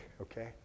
okay